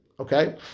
Okay